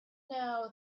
now